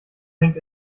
hängt